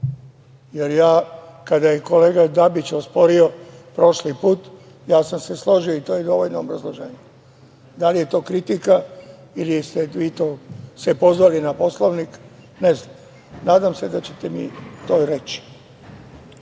jer ja kada je kolega Dabić osporio prošli put, ja sam se složio i to je dovoljno obrazloženje. Da li je to kritika ili ste vi to se pozvali na Poslovnik, ne znam. Nadam se da ćete mi to i